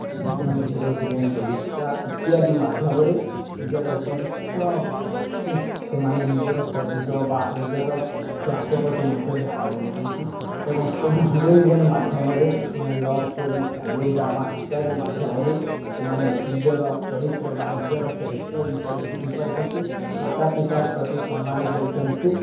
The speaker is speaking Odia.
ସେମାନେ ହିରୋ ହିରୋଇନ୍ ବଲିଷ୍ଟାର୍ ଇତ୍ୟାଦି ମାଧ୍ୟମରେ ନିଜର ଉପଯୁକ୍ତ ସେ ସେମାନେ ନିଜର ଶରୀର ବା ନିଜର ସ୍ୱାସ୍ଥ୍ୟ ପ୍ରତି ମଧ୍ୟ ଧ୍ୟାନ ଦେଉଛନ୍ତି ଏବଂ ସେହି ହିରୋ ହିରୋଇନ୍ ମାଧ୍ୟମରେ ସେମାନେ ଲଭ୍ ଷ୍ଟୋରି ଫ୍ୟାମିଲି ଡ୍ରାମା ଇତ୍ୟାଦି ମାଧ୍ୟମରେ ସେମାନେ ନିଜର ଚରିତ୍ର ବା ନିଜର କ୍ୟରେକ୍ଟର୍ ବିଷୟରେ ବୁଝିପାରୁଛନ୍ତି ମାତା ପିତା ପ୍ରତି ସମ୍ମାନ ଦେଉଛନ୍ତି